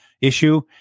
issue